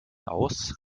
aus